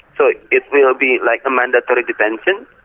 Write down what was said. so it it will be like a mandatory detention,